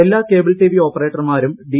എല്ലാ cable TV ഓപ്പറേറ്റർമാരും D